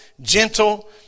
gentle